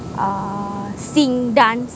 uh sing dance